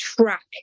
track